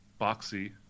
Boxy